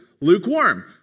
lukewarm